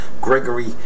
Gregory